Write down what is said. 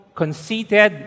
conceited